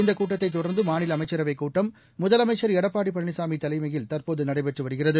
இந்தகூட்டத்தைதொடர்ந்துமாநிலஅமைச்சரவைக் கூட்டம் முதலமைச்சர் எடப்பாடிபழனிசாமிதலைமையில் தற்போதுநடைபெற்றுவருகிறது